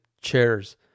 chairs